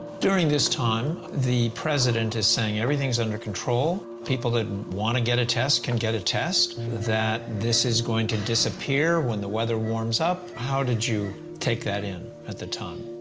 during this time, the president is saying everything's under control. people that want to get a test can get a test, that this is going to disappear when the weather warms up. how did you take that in at the time?